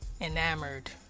enamored